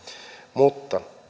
mutta